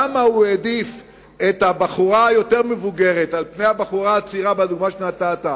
למה הוא העדיף את הבחורה המבוגרת יותר על הבחורה הצעירה בדוגמה שנתת,